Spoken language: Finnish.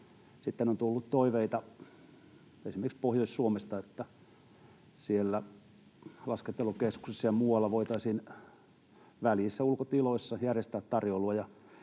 Sitten on tullut toiveita esimerkiksi Pohjois-Suomesta, että siellä laskettelukeskuksissa ja muualla voitaisiin väljissä ulkotiloissa järjestää tarjoilua.